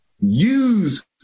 use